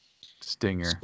Stinger